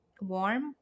warm